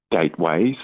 gateways